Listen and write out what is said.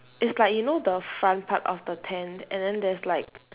it's like you know the front part of the tent and then there's like